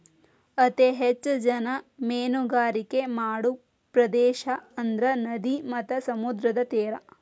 ಅತೇ ಹೆಚ್ಚ ಜನಾ ಮೇನುಗಾರಿಕೆ ಮಾಡು ಪ್ರದೇಶಾ ಅಂದ್ರ ನದಿ ಮತ್ತ ಸಮುದ್ರದ ತೇರಾ